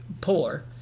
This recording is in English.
poor